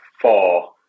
four